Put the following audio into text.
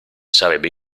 sarebbe